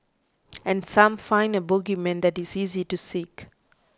and some find a bogeyman that is easy to seek